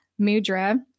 mudra